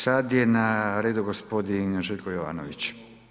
Sada je na redu gospodin Željko Jovanović.